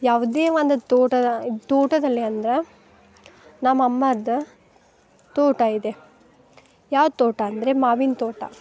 ಯಾವುದೇ ಒಂದು ತೋಟದ ಇದು ತೋಟದಲ್ಲಿ ಅಂದ್ರೆ ನಮ್ಮ ಅಮ್ಮಾವ್ರ ತೋಟ ಇದೆ ಯಾವ್ದು ತೋಟ ಅಂದರೆ ಮಾವಿನ ತೋಟ